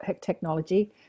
technology